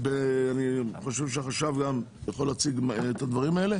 אני חושב שהחשב יכול להציג את הדברים האלה.